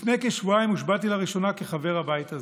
לפני כשבועיים הושבעתי לראשונה כחבר הבית הזה.